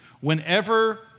whenever